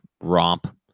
romp